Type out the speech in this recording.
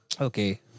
Okay